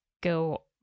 go